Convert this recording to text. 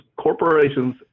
corporations